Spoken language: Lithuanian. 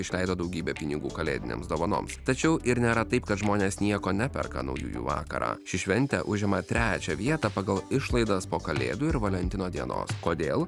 išleido daugybę pinigų kalėdinėms dovanoms tačiau ir nėra taip kad žmonės nieko neperka naujųjų vakarą ši šventė užima trečią vietą pagal išlaidas po kalėdų ir valentino dienos kodėl